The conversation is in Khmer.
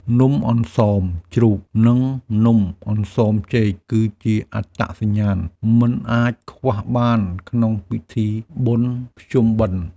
នំអន្សមជ្រូក និងនំអន្សមចេក គឺជាអត្តសញ្ញាណមិនអាចខ្វះបានក្នុងពិធីបុណ្យភ្ជុំបិណ្ឌ។